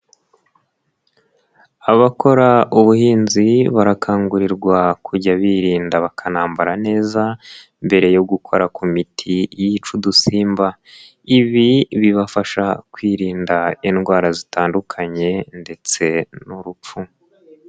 Abakora ubuhinzi barakangurirwa kujya birinda bakanambara neza mbere yo gukora ku miti yica udusimba, ibi bibafasha kwirinda indwara zitandukanye ndetse n'urupfu.